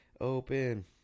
Open